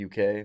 UK